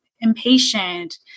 impatient